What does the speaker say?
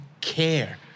care